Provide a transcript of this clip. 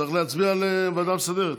צריך להצביע על הוועדה מסדרת.